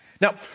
Now